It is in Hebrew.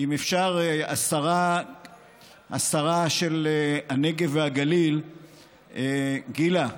אם אפשר, השרה של הנגב והגליל, גילה,